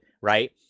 right